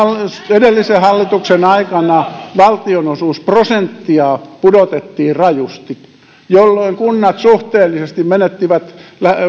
edellisen hallituksen aikana valtionosuusprosenttia pudotettiin rajusti jolloin kunnat suhteellisesti menettivät ainakin